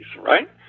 right